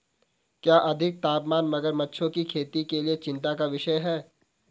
क्या अधिक तापमान मगरमच्छों की खेती के लिए चिंता का विषय है?